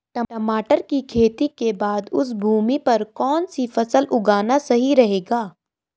टमाटर की खेती के बाद उस भूमि पर कौन सी फसल उगाना सही रहेगा?